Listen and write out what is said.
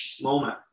moment